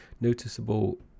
noticeable